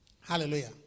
Hallelujah